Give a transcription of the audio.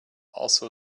also